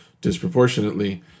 disproportionately